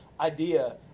idea